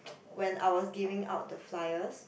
when I was giving out the flyers